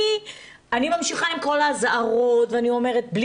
אני ממשיכה עם כל האזהרות ואני אומרת בלי